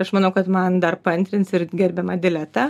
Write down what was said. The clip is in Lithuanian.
ir aš manau kad man dar paantrins ir gerbiama dileta